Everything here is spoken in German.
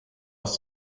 aus